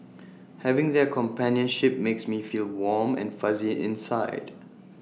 having their companionship makes me feel warm and fuzzy inside